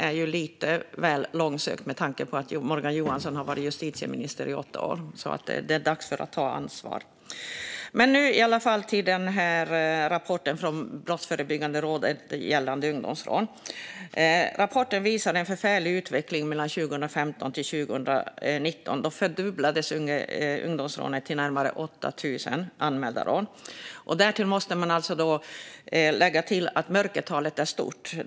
Det är lite väl långsökt med tanke på att Morgan Johansson har varit justitieminister i åtta år. Det är därför dags att ta ansvar. Jag ska därefter går över till rapporten från Brottsförebyggande rådet gällande ungdomsrån. Rapporten visar en förfärlig utveckling mellan 2015 och 2019. Då fördubblades antalet anmälda ungdomsrån till närmare 8 000. Därtill måste man lägga att mörkertalet är stort.